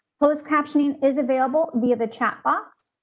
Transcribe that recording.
post captioning is available via the chat box.